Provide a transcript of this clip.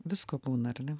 visko būna ar ne